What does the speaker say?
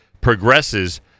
progresses